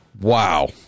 wow